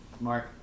Mark